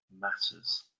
matters